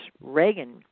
Reagan